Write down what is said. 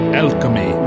alchemy